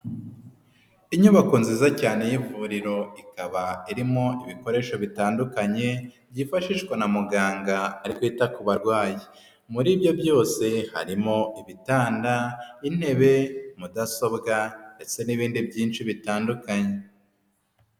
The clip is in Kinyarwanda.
Inyubako nziza cyane y'ivuriro, ikaba irimo ibikoresho bitandukanye, byifashishwa na muganga ari kwita ku barwayi. Muri ibyo byose, harimo ibitanda, intebe, mudasobwa, ndetse n'ibindi byinshi bitandukanye.